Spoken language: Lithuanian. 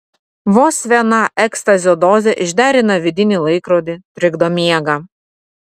vos viena ekstazio dozė išderina vidinį laikrodį trikdo miegą